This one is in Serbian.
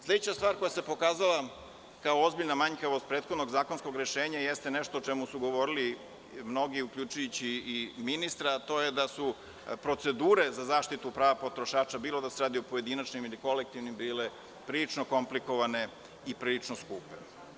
Sledeća stvar koja se pokazala kao ozbiljna manjkavost prethodnog zakonskog rešenja jeste nešto o čemu su govorili mnogi, uključujući i ministra, a to je da su procedure za zaštitu prava potrošača, bilo da se radi o pojedinačnim ili kolektivnim, bile prilično komplikovane i prilično skupe.